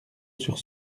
sur